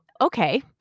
okay